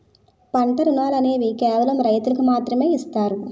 పంట రుణాలు అనేవి కేవలం రైతులకు మాత్రమే ఇస్తారు